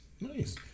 Nice